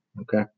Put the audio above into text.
Okay